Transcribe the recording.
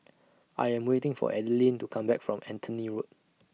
I Am waiting For Adilene to Come Back from Anthony Road